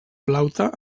plaute